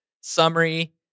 summary